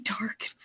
dark